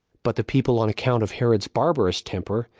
but the people, on account of herod's barbarous temper,